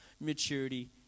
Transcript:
maturity